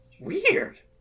Weird